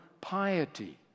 piety